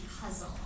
puzzle